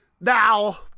Now